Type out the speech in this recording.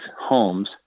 homes